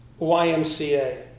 YMCA